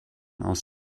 aus